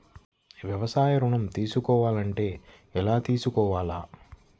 వ్యాపార ఋణం తీసుకోవాలంటే ఎలా తీసుకోవాలా?